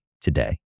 today